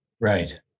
Right